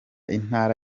intara